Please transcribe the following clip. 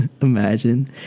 imagine